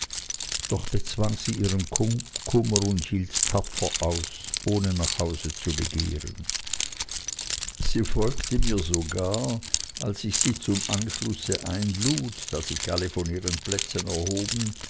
doch bezwang sie ihren kummer und hielt tapfer aus ohne nach hause zu begehren sie folgte mir sogar als ich sie zum anschlusse einlud da sich alle von ihren plätzen erhoben